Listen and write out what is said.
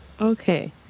Okay